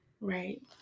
Right